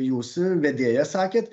jūs vedėja sakėt